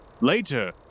later